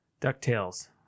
DuckTales